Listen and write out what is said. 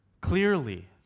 clearly